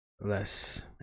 less